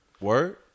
Word